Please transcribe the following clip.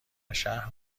شهر